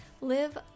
live